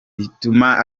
rituma